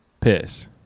piss